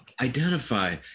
identify